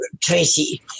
tracy